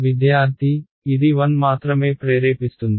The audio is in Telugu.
విద్యార్థి ఇది 1 మాత్రమే ప్రేరేపిస్తుంది